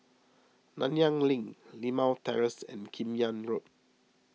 Nanyang Link Limau Terrace and Kim Yam Road